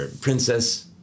Princess